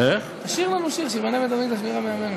תשיר לנו שיר, "שייבנה בית-המקדש במהרה בימינו",